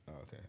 Okay